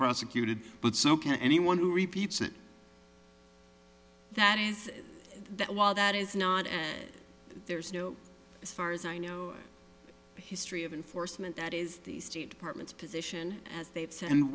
prosecuted but so can anyone who repeats it that is that while that is not and there's no as far as i know the history of enforcement that is the state department's position as they've